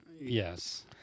Yes